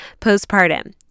postpartum